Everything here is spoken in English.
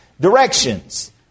directions